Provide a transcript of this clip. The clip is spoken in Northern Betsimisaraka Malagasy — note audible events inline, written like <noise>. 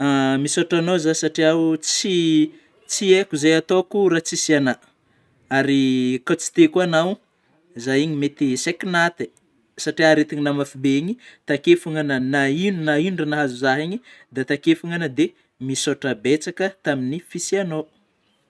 <hesitation> Misaotra anao zaho satria oh, tsy tsy aiko zay ataoko raha tsisy agnà ary kôa tsy teo koa anao zaho igny mety saiky naty, satria aretina mafy be igny tekeo foagna agnà na inogna na igniona raha nahazo zaho iny de takeo foagna agnao, de misaotra betsaka tamin'ny fisianao.